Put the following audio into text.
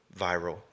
viral